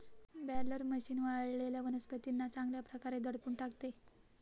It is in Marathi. बॅलर मशीन वाळलेल्या वनस्पतींना चांगल्या प्रकारे दडपून टाकते